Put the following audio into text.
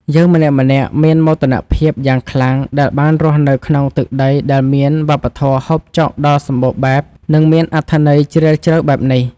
យើងម្នាក់ៗមានមោទនភាពយ៉ាងខ្លាំងដែលបានរស់នៅក្នុងទឹកដីដែលមានវប្បធម៌ហូបចុកដ៏សម្បូរបែប និង មានអត្ថន័យជ្រាលជ្រៅបែបនេះ។